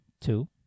two